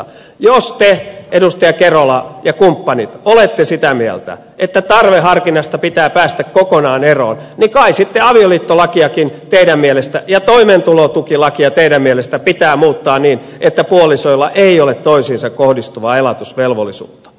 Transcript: jos te edustaja kerola ja kumppanit olette sitä mieltä että tarveharkinnasta pitää päästä kokonaan eroon niin kai sitten avioliittolakiakin ja toimeentulotukilakia teidän mielestänne pitää muuttaa niin että puolisoilla ei ole toisiinsa kohdistuvaa elatusvelvollisuutta